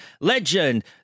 legend